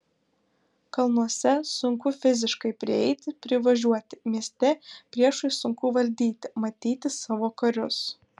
kalnuose sunku fiziškai prieiti privažiuoti mieste priešui sunku valdyti matyti savo karius